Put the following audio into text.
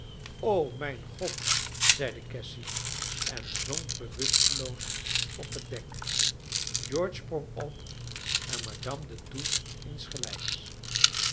o mijn god zeide cassy en zonk bewusteloos op het dek george sprong op en madame de thoux insgelijks